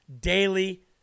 daily